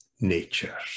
nature